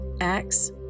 Acts